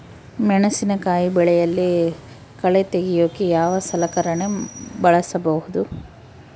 ಮೆಣಸಿನಕಾಯಿ ಬೆಳೆಯಲ್ಲಿ ಕಳೆ ತೆಗಿಯೋಕೆ ಯಾವ ಸಲಕರಣೆ ಬಳಸಬಹುದು?